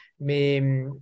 mais